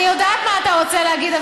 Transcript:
אני יודעת מה אתה רוצה להגיד,